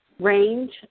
range